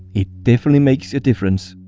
it definitely makes a difference.